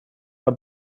for